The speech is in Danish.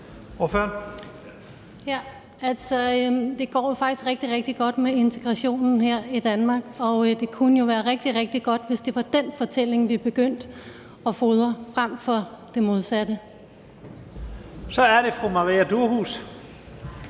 Det går jo faktisk rigtig, rigtig godt med integrationen her i Danmark, og det kunne være rigtig, rigtig godt, hvis det var den fortælling, vi begyndte at nære, frem for det modsatte. Kl. 14:28 Første